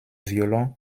violon